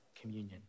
communion